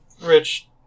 rich